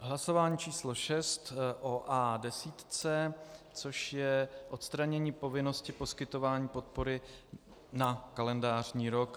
Hlasování číslo šest o A10, což je odstranění povinnosti poskytování podpory na kalendářní rok.